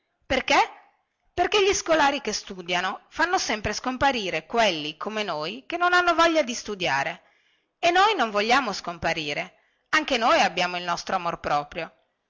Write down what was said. perché perché gli scolari che studiano fanno sempre scomparire quelli come noi che non hanno voglia di studiare e noi non vogliamo scomparire anche noi abbiamo il nostro amor proprio